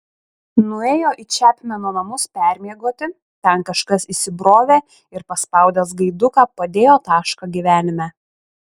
nuėjo į čepmeno namus permiegoti ten kažkas įsibrovė ir paspaudęs gaiduką padėjo tašką gyvenime